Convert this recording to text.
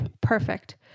Perfect